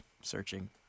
searching